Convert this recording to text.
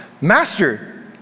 Master